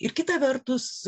ir kitą vertus